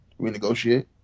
renegotiate